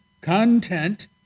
content